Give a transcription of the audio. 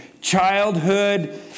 childhood